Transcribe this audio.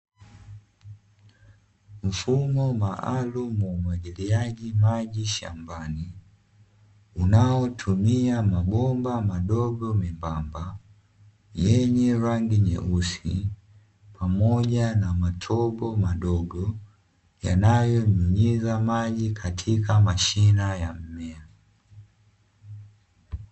Mfumo maalumu wa umwagiliaji maji shambani, unaotumia mabomba madogo membamba, yenye rangi nyeusi pamoja na matobo madogo yanayonyunyiza maji katika mashina ya mmea.